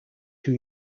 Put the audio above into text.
two